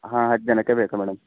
ಹಾಂ ಹತ್ತು ಜನಕ್ಕೆ ಬೇಕು ಮೇಡಮ್